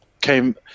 came